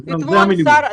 זה המינימום.